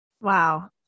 Wow